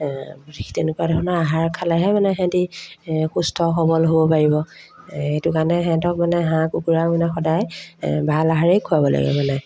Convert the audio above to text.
তেনেকুৱা ধৰণৰ আহাৰ খালেহে মানে সিহঁতি সুস্থ সবল হ'ব পাৰিব সেইটো কাৰণে সিহঁতক মানে হাঁহ কুকুৰাক মানে সদায় ভাল আহাৰেই খোৱাব লাগে মানে